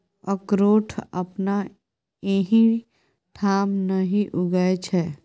अकरोठ अपना एहिठाम नहि उगय छै